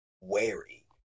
wary